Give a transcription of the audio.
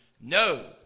No